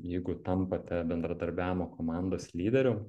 jeigu tampate bendradarbiavimo komandos lyderiu